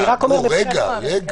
רגע.